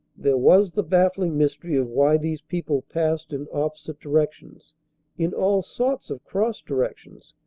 there was the baffling mystery of why these people passed in opposite directions in all sorts of cross directions.